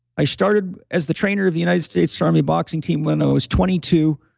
i started as the trainer of the united states army boxing team when i was twenty two.